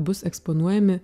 bus eksponuojami